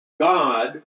God